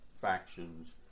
factions